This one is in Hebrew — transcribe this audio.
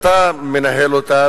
שאתה מנהל אותה,